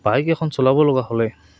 bike এখন চলাব লগা হ'লে